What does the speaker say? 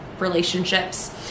relationships